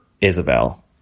Isabel